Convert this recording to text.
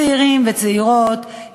צעירים וצעירות,